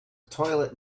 toilet